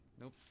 Nope